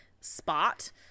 spot